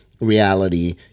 reality